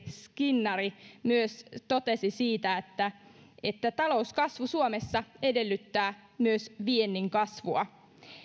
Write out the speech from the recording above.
skinnari myös totesi että että talouskasvu suomessa edellyttää myös viennin kasvua